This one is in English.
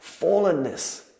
fallenness